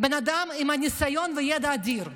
הוא בן אדם עם ניסיון וידע אדיר,